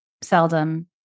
seldom